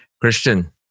Christian